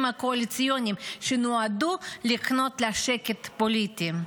הקואליציוניים שנועדו לקנות לה שקט פוליטי.